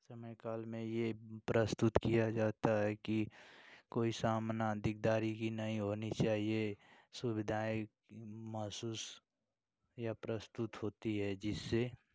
समयकाल में यह प्रस्तुत किया जाता है कि कोई सामान्य दिकदारी भी नहीं होना चाहिए सुविधाएँ महसूस या प्रस्तुत होती है जिससे